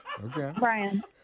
Brian